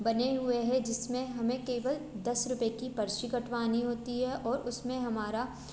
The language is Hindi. बने हुए हैं जिस में हमें केवल दस रुपये की पर्ची कटवानी होती है और उस में हमारा